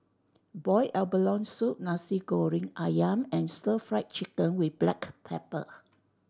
boiled abalone soup Nasi Goreng Ayam and Stir Fried Chicken with black pepper